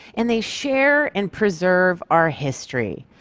and they share and preserve our history.